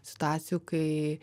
situacijų kai